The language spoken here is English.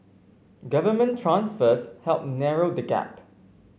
government transfers helped narrow the gap